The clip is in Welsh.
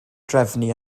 drefnu